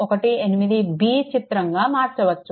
18b చిత్రంగా మార్చవచ్చు